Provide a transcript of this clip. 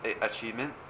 achievement